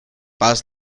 paz